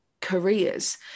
careers